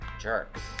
jerks